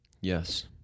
Yes